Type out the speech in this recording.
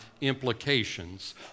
implications